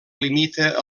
limita